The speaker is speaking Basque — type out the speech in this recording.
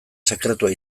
sekretua